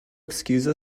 excuse